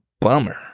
bummer